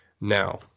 Now